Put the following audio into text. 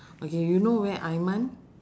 okay you know where aiman